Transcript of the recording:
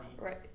Right